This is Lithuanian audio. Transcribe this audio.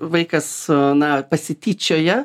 vaikas na pasityčioja